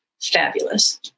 fabulous